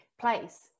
place